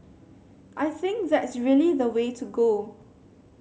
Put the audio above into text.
I think that's really the way to go